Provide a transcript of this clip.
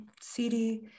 CD